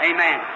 Amen